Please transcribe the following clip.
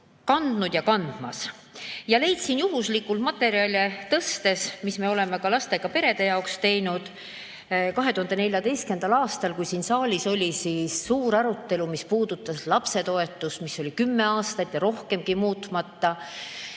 kandnud ja kandmas. Leidsin juhuslikult materjale tõstes, mis me oleme ka lastega perede jaoks teinud, 2014. aastal, kui siin saalis oli suur arutelu, mis puudutas lapsetoetust, mis oli kümme aastat ja rohkemgi muutmata,